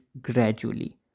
gradually